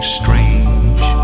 strange